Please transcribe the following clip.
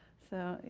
so